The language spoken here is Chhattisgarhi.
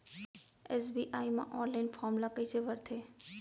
एस.बी.आई म ऑनलाइन फॉर्म ल कइसे भरथे?